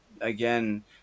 again